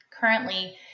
Currently